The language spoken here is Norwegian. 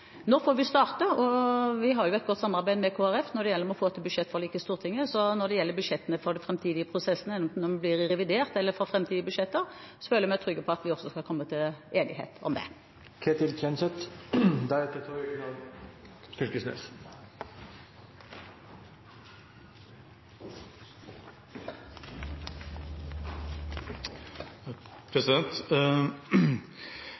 Nå får vi starte, og vi har jo et godt samarbeid med Kristelig Folkeparti når det gjelder å få til budsjettforlik i Stortinget. Så når det gjelder budsjettene for de framtidige prosessene, enten det blir i revidert eller i framtidige budsjetter, føler jeg meg trygg på at vi også skal komme til enighet om det.